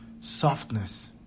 softness